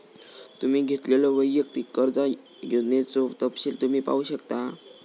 तुम्ही घेतलेल्यो वैयक्तिक कर्जा योजनेचो तपशील तुम्ही पाहू शकता